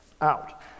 out